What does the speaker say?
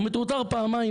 הוא מטורטר פעמיים,